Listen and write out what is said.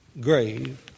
grave